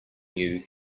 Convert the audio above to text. new